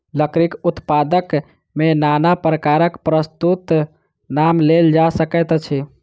लकड़ीक उत्पाद मे नाना प्रकारक वस्तुक नाम लेल जा सकैत अछि